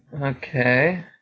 Okay